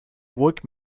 woke